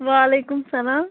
وعلیکُم سَلام